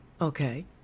Okay